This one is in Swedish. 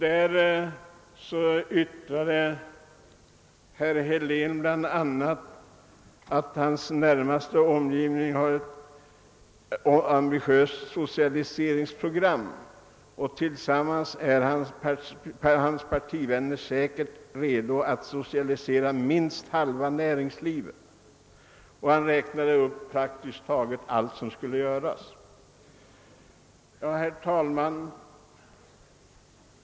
Då yttrade herr Helén bl.a. att herr Palmes närmaste omgivning har ett ambitiöst socialiseringsprogram, hans partivänner är säkert redo att tillsammans socialisera minst halva näringslivet. Han räknade upp praktiskt taget allt som skulle göras. Herr talman!